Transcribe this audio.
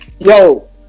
Yo